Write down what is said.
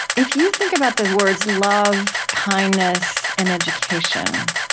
if you think about the words love, kindness, and education,